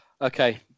okay